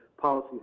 policy